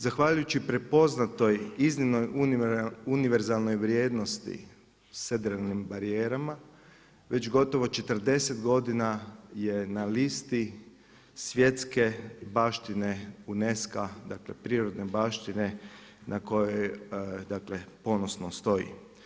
Zahvaljujući prepoznatoj, iznimnoj univerzalnoj vrijednosti sedrenim barijerama, već gotovo 40 godina je na listi svjetske baštine UNESCO-a, dakle prirodne baštine na kojoj dakle ponosno stoji.